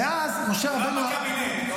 ואז משה רבנו --- רק לא בקבינט.